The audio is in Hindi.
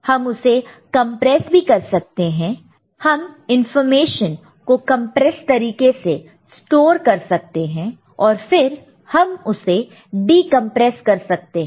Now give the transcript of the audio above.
हम उसे कंप्रेस भी कर सकते हैं हम इंफॉर्मेशन को कंप्रेस तरीके से स्टोर कर सकते हैं और फिर हम उसे डीकंप्रेस कर सकते हैं